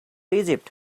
egypt